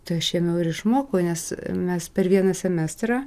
tai aš ėmiau ir išmokau nes mes per vieną semestrą